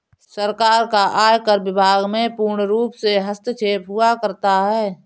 सरकार का आयकर विभाग में पूर्णरूप से हस्तक्षेप हुआ करता है